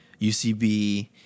UCB